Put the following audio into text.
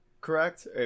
correct